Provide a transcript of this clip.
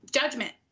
judgment